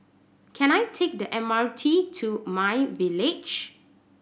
can I take the M R T to MyVillage